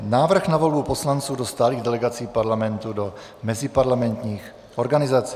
Návrh na volbu poslanců do stálých delegací Parlamentu do meziparlamentních organizací